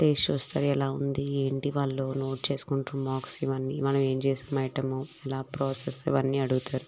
test చూస్తారు ఎలా ఉంది ఏంటి వాళ్ళు నోట్ చేసుకుంటారు మార్క్స్ ఇవన్నీ మనం ఏం చేసామో ఐటెము ఎలా ప్రాసెస్ ఇవన్నీ అడుగుతారు